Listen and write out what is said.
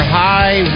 high